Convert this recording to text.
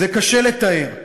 זה קשה לתאר.